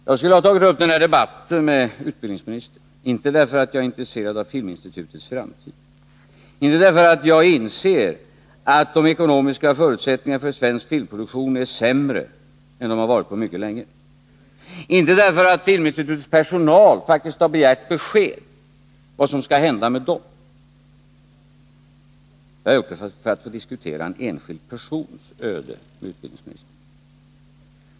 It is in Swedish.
Jag skulle ha tagit upp den här debatten med utbildningsministern inte därför att jag är intresserad av Filminstitutets framtid, inte därför att jag inser att de ekonomiska förutsättningarna för svensk filmproduktion är sämre än de varit på mycket länge, inte därför att Filminstitutets personal faktiskt begärt besked om vad som skall hända med dem — jag har gjort det för att få diskutera en enskild persons öde med utbildningsministern.